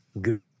good